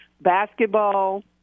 Basketball